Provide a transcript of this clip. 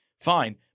Fine